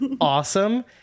awesome